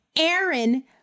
Aaron